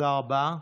תודה רבה.